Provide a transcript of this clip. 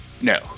No